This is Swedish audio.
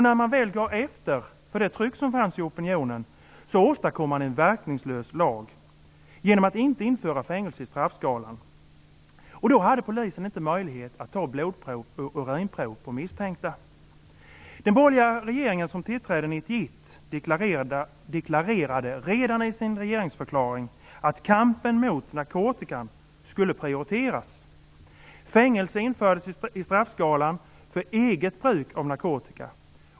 När de väl gav efter för det tryck som fanns i opinionen åstadkom de en verkningslös lag genom att inte införa fängelse i straffskalan. Då hade polisen inte möjlighet att ta blodprov och urinprov på misstänkta. deklarerade redan i sin regeringsförklaring att kampen mot narkotikan skulle prioriteras. Fängelse infördes i straffskalan för eget bruk av narkotika.